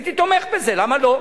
הייתי תומך בזה, למה לא?